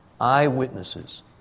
eyewitnesses